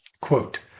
Quote